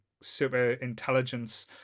super-intelligence